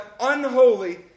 unholy